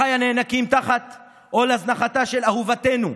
אחיי נאנקים תחת עול הזנחתה של אהובתנו,